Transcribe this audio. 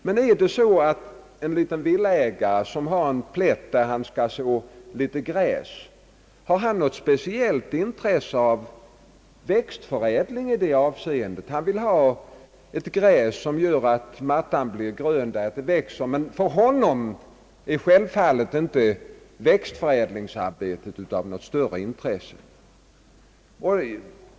Men har en villaägare, som har en liten plätt där han skall så gräs, något speciellt intresse av växtförädlingen i detta avseende? Han vill ha gräsfrö som gör att mattan blir grön, men för honom är självfallet inte växtförädlingsarbetet av något intresse.